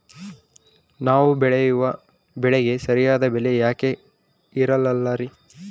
ನಾವು ಬೆಳೆಯುವ ಬೆಳೆಗೆ ಸರಿಯಾದ ಬೆಲೆ ಯಾಕೆ ಇರಲ್ಲಾರಿ?